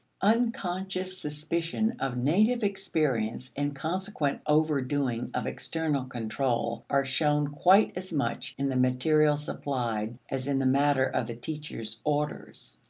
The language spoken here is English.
unconscious suspicion of native experience and consequent overdoing of external control are shown quite as much in the material supplied as in the matter of the teacher's orders.